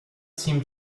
seemed